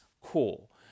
cool